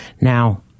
Now